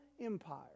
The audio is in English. Empire